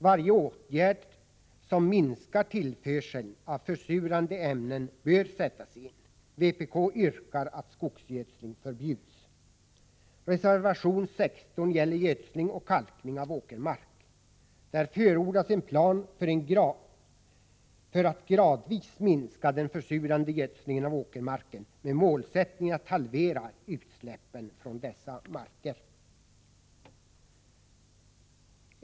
Varje åtgärd som minskar tillförseln av försurande ämnen bör sättas in. Vpk yrkar att skogsgödsling förbjuds. Reservation 16 gäller gödsling och kalkning av åkermark. Där förordas en plan för att gradvis minska den försurande gödslingen av åkermarken med målsättningen att halvera utsläppen från dessa marker.